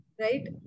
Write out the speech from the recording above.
right